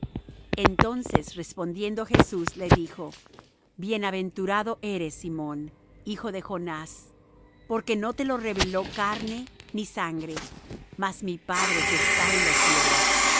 entonces respondiendo jesús le dijo bienaventurado eres simón hijo de jonás porque no te lo reveló carne ni sangre mas mi padre que está en los cielos